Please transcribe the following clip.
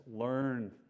learn